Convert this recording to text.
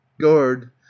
Guard